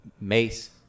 Mace